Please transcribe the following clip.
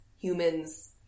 humans